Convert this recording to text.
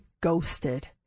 ghosted